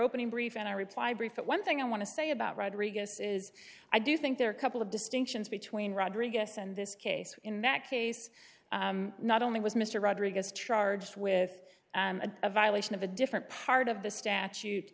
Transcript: opening brief and i reply brief but one thing i want to say about rodriguez is i do think there are couple of distinctions between rodriguez and this case in that case not only was mr rodriguez charged with a violation of a different part of the statu